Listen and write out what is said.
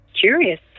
curious